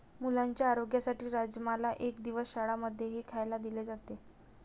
मुलांच्या आरोग्यासाठी राजमाला एक दिवस शाळां मध्येही खायला दिले जाते